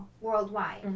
worldwide